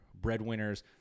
breadwinners